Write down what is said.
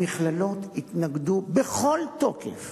המכללות התנגדו בכל תוקף